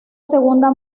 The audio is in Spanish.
segunda